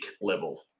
level